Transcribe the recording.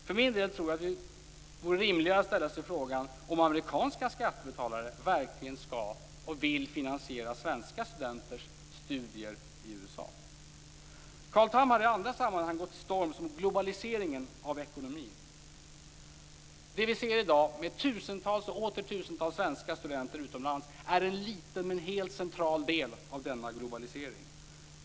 För min del tror jag att det vore rimligare att ställa sig frågan om amerikanska skattebetalare verkligen skall och vill finansiera svenska studenters studier i USA. Carl Tham har i andra sammanhang gått till storms mot globaliseringen av ekonomin. Det vi ser i dag, med tusentals och åter tusentals svenska studenter utomlands, är en liten men helt central del av denna globalisering.